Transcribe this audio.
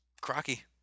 crocky